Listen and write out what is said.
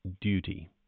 duty